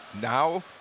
now